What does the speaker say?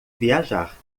viajar